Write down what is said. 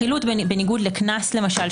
חילוט בניגוד לקנס למשל,